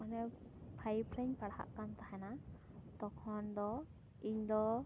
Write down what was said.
ᱚᱱᱮ ᱯᱷᱟᱭᱤᱵᱽ ᱨᱮᱧ ᱯᱟᱲᱦᱟᱜ ᱠᱟᱱ ᱛᱟᱦᱮᱱᱟ ᱛᱚᱠᱷᱚᱱ ᱫᱚ ᱤᱧ ᱫᱚ